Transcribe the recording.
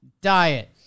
diet